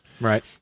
Right